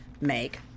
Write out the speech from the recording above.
make